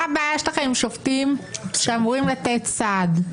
מה הבעיה שלכם עם שופטים שאמורים לתת סעד?